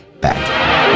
back